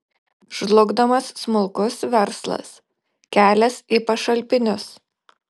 žlugdomas smulkus verslas kelias į pašalpinius